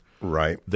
Right